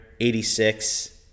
86